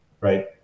right